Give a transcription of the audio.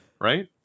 right